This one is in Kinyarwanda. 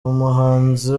umuhanzi